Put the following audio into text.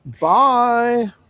Bye